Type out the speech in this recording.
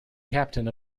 captain